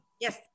Yes